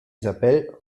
isabel